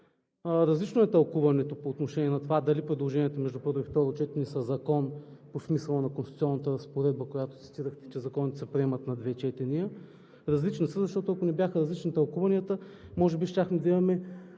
Различно е тълкуването по отношение на това дали предложенията между първо и второ четене са закон по смисъла на конституционната разпоредба, която цитирахте, че законите се приемат на две четения. Различни са, защото ако не бяха различни тълкуванията, може би щяхме да имаме